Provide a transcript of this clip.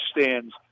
stands